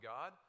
God